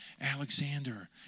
Alexander